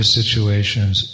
situations